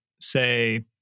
say